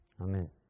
Amen